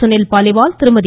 Sunil Paliwal Thirumathi